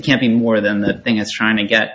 can't be more than the thing is trying to get